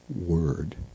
word